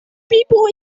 people